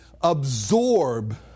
absorb